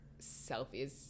selfies